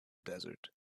desert